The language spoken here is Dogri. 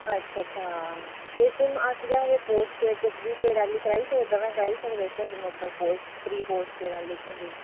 अच्छा अच्छा ते सिम अस केह् आखदे पोस्टपेड ते प्रीपेड आह्ली कराई सकदे दमैं कराई सकदे इक्कै सिम उप्पर